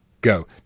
Go